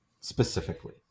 specifically